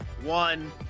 one